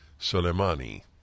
Soleimani